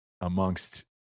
amongst